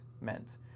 meant